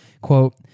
quote